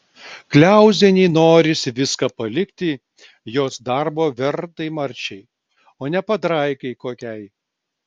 kliauzienei norisi viską palikti jos darbo vertai marčiai o ne padraikai kokiai